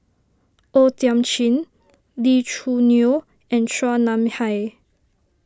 O Thiam Chin Lee Choo Neo and Chua Nam Hai